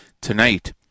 tonight